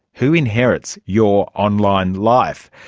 who inherits your online life?